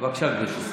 בבקשה, גברתי.